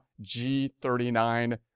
G39